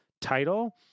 title